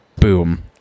boom